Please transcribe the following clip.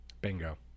bingo